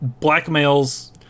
blackmails